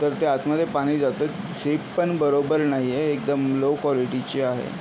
तर ते आतमध्ये पाणी जातं सीटपण बरोबर नाही आहे एकदम लो क्वॉलिटीची आहे